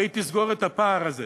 והיא תסגור את הפער הזה